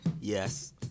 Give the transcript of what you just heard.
Yes